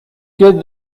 good